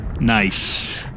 Nice